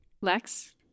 Lex